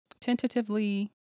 tentatively